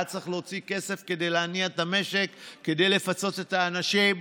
היה צריך להוציא כסף כדי להניע את המשק כדי לפצות את האנשים וכו'.